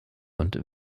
und